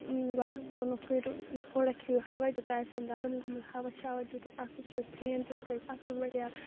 گۄڈٕ ووٚنُکھ کٔرِو تھوڑا کھیٚیِو ہَوا تہِ تۄہہِ آسیو گَرم گوٚمُت ہَوا شَوا دِتُکھ اَصٕل پٲٹھۍ فین تہِ ترٛٲیِکھ اَصٕل پٲٹھۍ یَلہٕ